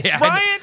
Ryan